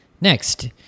Next